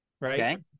right